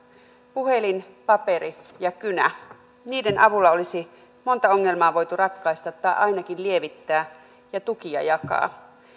puhelimen paperin ja kynän avulla olisi monta ongelmaa voitu ratkaista tai ainakin lievittää ja tukia jakaa